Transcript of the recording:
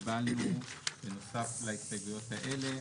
בנוסף להסתייגויות האלה,